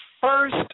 First